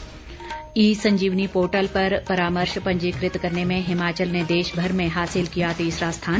ई Sanjeevani portal पर परामर्श पंजीकृत करने में हिमाचल ने देशभर में हासिल किया तीसरा स्थान